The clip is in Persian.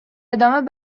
ادامه